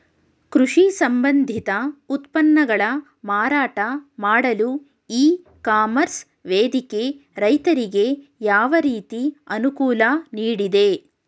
ಕೃಷಿ ಸಂಬಂಧಿತ ಉತ್ಪನ್ನಗಳ ಮಾರಾಟ ಮಾಡಲು ಇ ಕಾಮರ್ಸ್ ವೇದಿಕೆ ರೈತರಿಗೆ ಯಾವ ರೀತಿ ಅನುಕೂಲ ನೀಡಿದೆ?